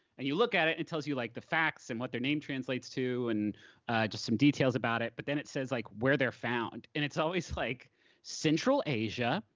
and you look at it, it tells you like the facts and what their name translates to and just some details about it. but then it says like where they're found, and it's always like central asia,